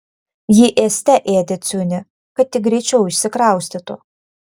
ji ėste ėdė ciunį kad tik greičiau išsikraustytų